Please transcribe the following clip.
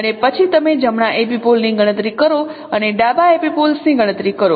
અને પછી તમે જમણા એપિપોલ ની ગણતરી કરો અને ડાબા એપિપોલ્સની ગણતરી કરો